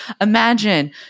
Imagine